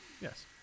Yes